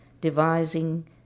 devising